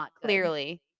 clearly